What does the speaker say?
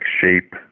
shape